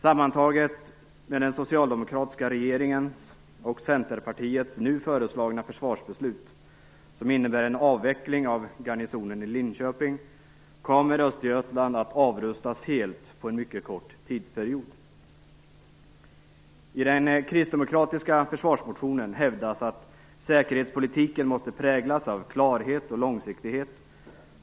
Sammantaget med den socialdemokratiska regeringens och Centerpartiets nu föreslagna försvarsbeslut, som innebär en avveckling av garnisonen i Linköping, kommer Östergötland att avrustas helt på en mycket kort tidsperiod. I den kristdemokratiska försvarsmotionen hävdas att säkerhetspolitiken måste präglas av klarhet och långsiktighet.